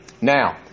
Now